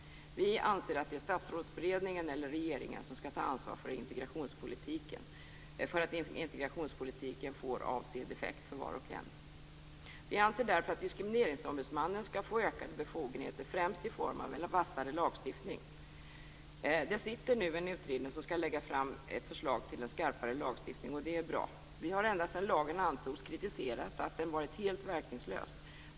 Vi anser att det är statsrådsberedningen eller regeringen som skall ta ansvar för att integrationspolitiken får avsedd effekt för var och en. Vi anser därför att Diskrimineringsombudsmannen skall få ökade befogenheter, främst i form av en vassare lagstiftning. Det sitter nu en utredning som skall lägga fram förslag till en skarpare lagstiftning, och det är bra. Vi har ända sedan lagen antogs kritiserat att den varit helt verkningslös.